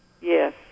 Yes